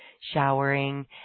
showering